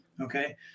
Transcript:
okay